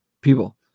people